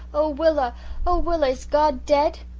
oh willa oh, willa, is god dead?